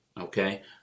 Okay